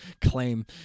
claim